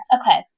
Okay